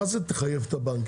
מה זה תחייב את הבנקים?